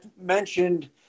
mentioned